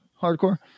hardcore